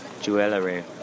Jewelry